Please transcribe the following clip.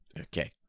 Okay